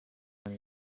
when